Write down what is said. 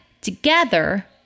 together